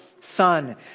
son